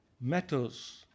matters